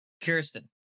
Kirsten